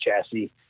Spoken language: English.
chassis